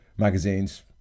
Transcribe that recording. magazines